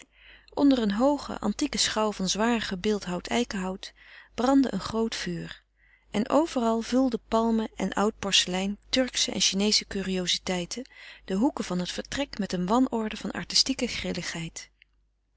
onder een hooge antieke schouw van zwaar gebeeldhouwd eikenhout brandde een groot vuur en overal vulden palmen en oud porselein turksche en chineesche curioziteiten de hoeken van het vertrek met een wanorde van artistieke grilligheid